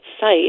site